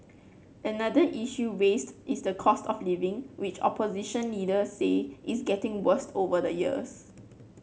another issue raised is the cost of living which opposition leaders say is getting worse over the years